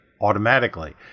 automatically